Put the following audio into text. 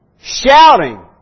shouting